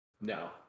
No